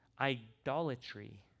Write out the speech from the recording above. idolatry